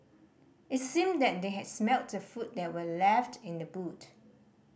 it seemed that they had smelt the food that were left in the boot